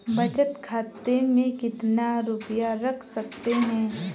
बचत खाते में कितना रुपया रख सकते हैं?